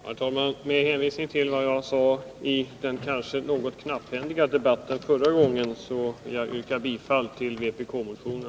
Herr talman! Med hänvisning till vad jag sade i den kanske något knapphändiga debatten förra gången vill jag yrka bifall till vpk-motionen.